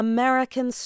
American